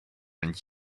and